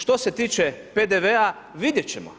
Što se tiče PDV-a, vidjet ćemo.